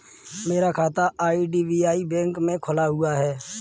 मेरा खाता IDBI bank में खुला हुआ है